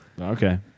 Okay